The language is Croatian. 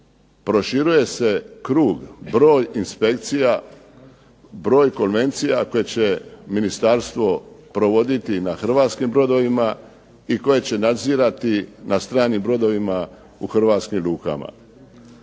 proširuje se krug, broj inspekcija, broj konvencija koje će ministarstvo provoditi na hrvatskim brodovima i koje će nadzirati na stranim brodovima u hrvatskim lukama.